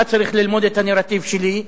אתה צריך ללמוד את הנרטיב שלי,